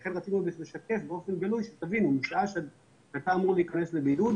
לכן רצינו לשקף באופן גלוי כדי שתבינו שמשעה שאתה אמור להיכנס לבידוד,